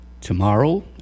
tomorrow